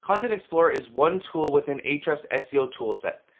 content explorer is one tool within ahrefs' seo toolset.